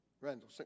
Randall